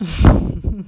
mm